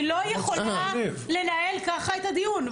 אני לא יכולה לנהל ככה את הדיון.